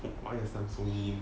why are some so mean